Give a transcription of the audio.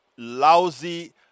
lousy